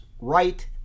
right